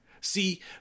See